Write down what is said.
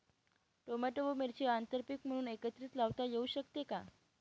Tomato व मिरची आंतरपीक म्हणून एकत्रित लावता येऊ शकते का?